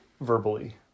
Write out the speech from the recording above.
verbally